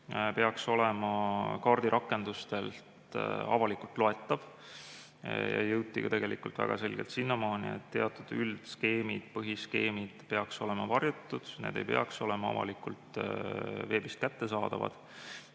peaks olema kaardirakendustelt avalikult loetav. Jõuti väga selgelt sinnamaani, et teatud üldskeemid, põhiskeemid peaksid olema varjatud. Need ei peaks olema avalikult veebist kättesaadavad